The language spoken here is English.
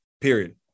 period